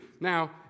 Now